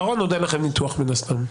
ואין לכם עוד ניתוח על הגל האחרון מן הסתם.